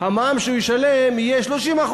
המע"מ שהוא ישלם יהיה 30%,